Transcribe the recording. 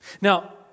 Now